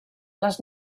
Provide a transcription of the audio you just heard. les